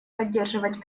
поддерживать